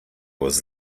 was